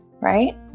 right